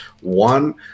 one